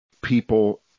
people